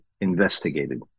investigated